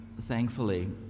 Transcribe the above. Thankfully